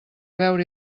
veure